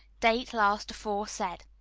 date last aforesaid.